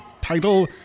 title